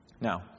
Now